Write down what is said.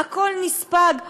הכול נספג,